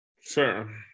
Sure